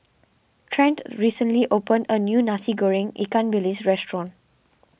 Trent recently opened a new Nasi Goreng Ikan Bilis restaurant